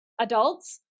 adults